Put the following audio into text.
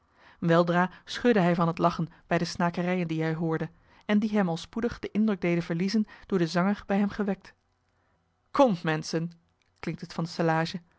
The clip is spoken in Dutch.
weldra schudde hij van het lachen bij de snakerijen die hij hoorde en die hem al spoedig den indruk deden verliezen door den zanger bij hem gewekt komt menschen klinkt het van